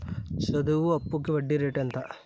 చదువు అప్పుకి వడ్డీ రేటు ఎంత?